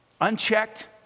unchecked